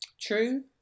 True